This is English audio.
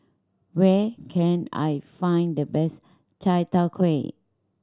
where can I find the best Chai Tow Kuay